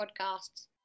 podcasts